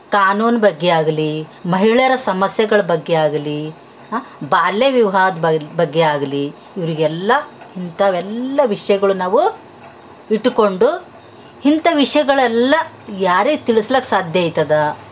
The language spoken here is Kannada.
ಕಾನೂನು ಬಗ್ಗೆ ಆಗಲಿ ಮಹಿಳೆಯರ ಸಮಸ್ಯೆಗಳ ಬಗ್ಗೆ ಆಗಲಿ ಬಾಲ್ಯ ವಿವಾಹದ್ ಬಗ್ಗೆ ಆಗಲಿ ಇವರಿಗೆಲ್ಲಾ ಇಂಥವೆಲ್ಲಾ ವಿಷ್ಯಗಳು ನಾವು ಇಟ್ಟುಕೊಂಡು ಇಂಥ ವಿಷಯಗಳೆಲ್ಲಾ ಯಾರಿಗೆ ತಿಳಿಸ್ಲಿಕ್ ಸಾಧ್ಯ ಆಯ್ತದ